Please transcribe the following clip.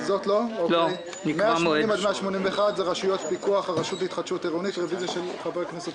216. יש הרבה יותר.